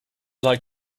like